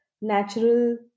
natural